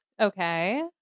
Okay